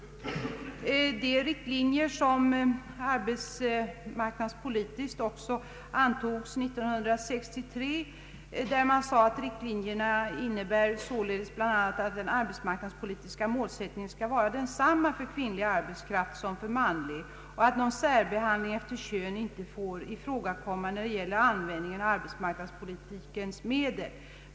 I de riktlinjer för arbetsmarknadspolitiken som antogs 1966 uttalades också att den arbetsmarknadspolitiska målsättningen skulle vara densamma för kvinnlig arbetskraft som för manlig och att någon särbehandling efter kön icke fick ifrågakomma när det gällde användningen av arbetsmarknadspolitikens medel.